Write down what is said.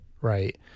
Right